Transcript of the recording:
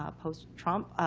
ah post-trump.